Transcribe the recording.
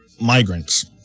migrants